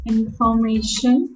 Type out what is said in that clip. Information